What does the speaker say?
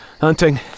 hunting